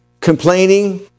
complaining